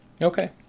okay